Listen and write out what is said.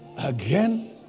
again